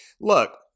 Look